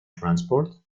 transport